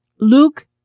Luke